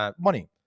money